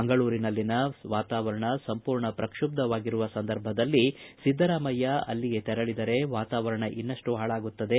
ಮಂಗಳೂರಿನಲ್ಲಿನ ವಾತಾವರಣ ಸಂಪೂರ್ಣ ಪ್ರಕ್ಷ್ಮ ಬ್ಬವಾಗಿರುವ ಸಂದರ್ಭದಲ್ಲಿ ಸಿದ್ದರಾಮಯ್ಕ ಅವರು ಅಲ್ಲಿಗೆ ತೆರಳಿದರೆ ವಾತಾವರಣ ಇನ್ನಷ್ಟು ಹಾಳಾಗುತ್ತದೆ